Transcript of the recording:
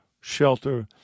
shelter